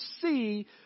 see